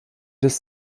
des